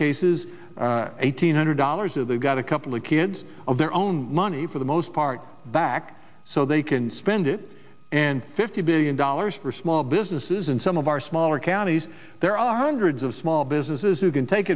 cases eighteen hundred dollars of they've got a happily kids of their own money for the most part back so they can spend it and fifty billion dollars for small businesses in some of our smaller counties there are hundreds of small businesses who can take